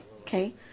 okay